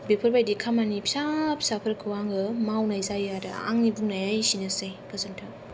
बेफोरबायदि खामानि फिसा फिसाफोरखौ आङो मावनाय जायो आरो आंनि बुंनाया एसेनोसै गोजोनथों